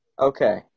Okay